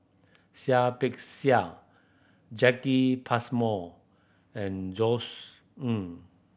Seah Peck Seah Jacki Passmore and Ng